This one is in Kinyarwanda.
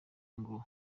ngo